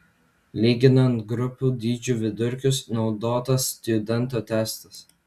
lyginant grupių dydžių vidurkius naudotas stjudento testas